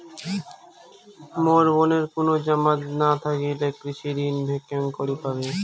মোর বোনের কুনো জামানত না থাকিলে কৃষি ঋণ কেঙকরি পাবে?